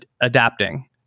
adapting